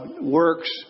works